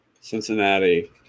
Cincinnati